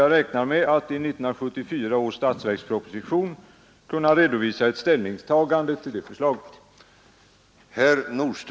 Jag räknar med att i 1974 års statsverksproposition kunna redovisa ett ställningstagande till förslaget.